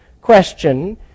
question